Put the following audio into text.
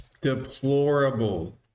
Deplorable